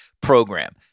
program